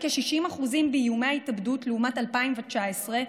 כ-60% באיומי התאבדות לעומת שנת 2019,